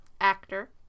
actor